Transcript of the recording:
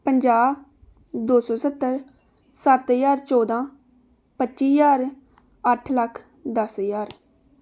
ਪੰਜਾਹ ਦੋ ਸੌ ਸੱਤਰ ਸੱਤ ਹਜ਼ਾਰ ਚੌਦਾਂ ਪੱਚੀ ਹਜ਼ਾਰ ਅੱਠ ਲੱਖ ਦਸ ਹਜ਼ਾਰ